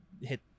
hit